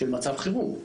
של מצב חירום.